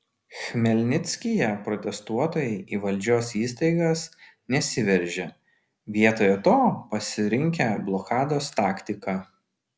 chmelnickyje protestuotojai į valdžios įstaigas nesiveržė vietoje to pasirinkę blokados taktiką